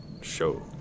show